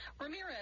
Ramirez